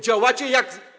Działacie jak.